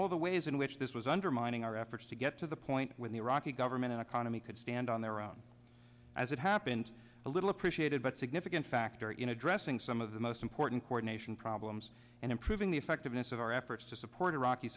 all the ways in which this was undermining our efforts to get to the point when the iraqi government and economy could stand on their own as it happened a little appreciated but significant factor in addressing some of the most important coordination problems and improving the effectiveness of our efforts to support iraqi